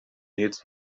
needs